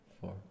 four